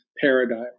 paradigm